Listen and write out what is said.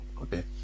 okay